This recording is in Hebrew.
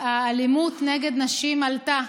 האלימות נגד נשים עלתה,